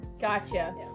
Gotcha